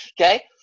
Okay